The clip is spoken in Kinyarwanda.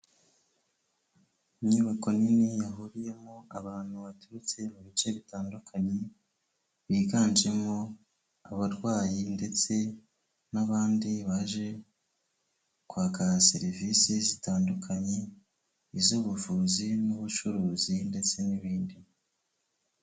Inyubako nini yahuriyemo abantu baturutse mu bice bitandukanye, biganjemo abarwayi ndetse n'abandi baje kwaka serivisi zitandukanye, iz'ubuvuzi n'ubucuruzi ndetse n'ibindi.